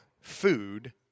food